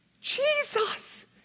Jesus